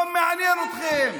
לא מעניין אתכם,